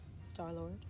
Star-Lord